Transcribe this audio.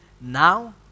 now